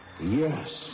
Yes